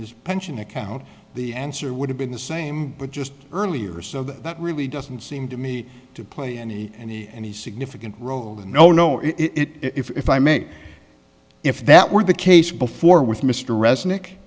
his pension account the answer would have been the same but just earlier so that really doesn't seem to me to play any any any significant role and no no it if i make if that were the case before with mr resnic